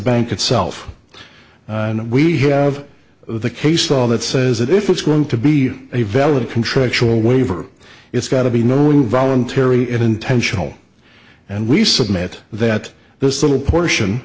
bank itself we have the case law that says that if it's going to be a valid contractual waiver it's got to be no involuntary it intentional and we submit that this little portion